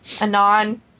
anon